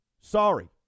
Sorry